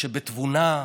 שבתבונה,